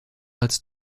als